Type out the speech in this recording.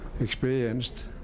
experienced